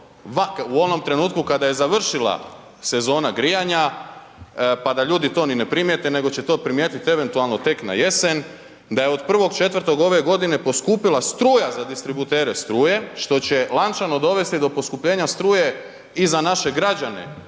u onom trenutku kada je završila sezona grijanja, pa da ljudi to ni ne primijete, nego će to primijetiti eventualno tek na jesen, da je od 1.4. ove godine poskupila struja za distributere struje, što će lančano dovesti do poskupljenja struje i za naše građane